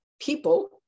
people